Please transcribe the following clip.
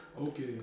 Okay